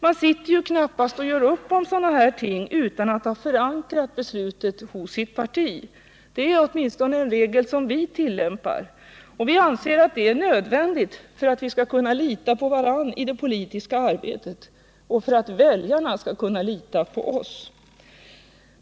Man sitter ju knappast och gör upp om sådana här ting utan att ha förankrat beslutet hos sitt parti. Det är åtminstone en regel som vi tillämpar. Och vi anser att det är nödvändigt för att vi skall kunna lita på varandra i det politiska arbetet och för att väljarna skall kunna lita på oss.